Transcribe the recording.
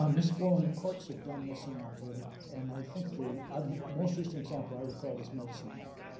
um ms. sloan, the courts have done this in alberta and i think the um most recent example i recall is medicine hat.